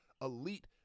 elite